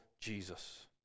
jesus